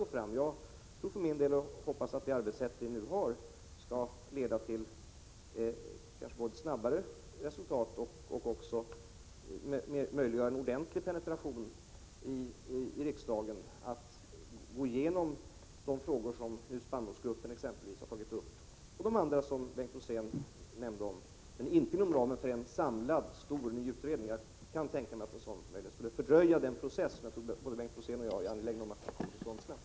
Jag tror och hoppas för min del att det arbetssätt vi nu har skall både leda till snabbare resultat och möjliggöra en ordentlig penetration i riksdagen av de frågor som exempelvis spannmålsgruppen och de andra utredningar Bengt Rosén nämnde har tagit upp. Jag tror däremot inte att man kan uppnå detta inom ramen för ytterligare en samlad, stor utredning. En sådan skulle möjligen fördröja den process som jag tror både Bengt Rosén och jag är angelägna om att få i gång snabbt.